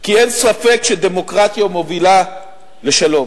כי אין ספק שדמוקרטיה מובילה לשלום,